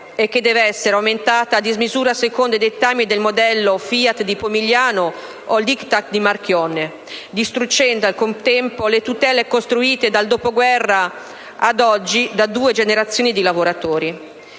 e che deve essere aumentata a dismisura, secondo i dettami del modello FIAT di Pomigliano o il *diktat* di Marchionne, distruggendo al contempo le tutele costruite dal dopoguerra ad oggi da due generazioni di lavoratori.